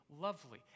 lovely